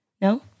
No